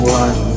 one